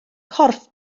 corff